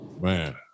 man